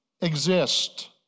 exist